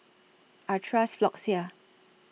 I Trust Floxia